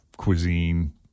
cuisine